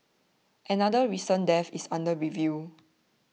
another recent death is under review